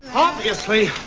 obviously,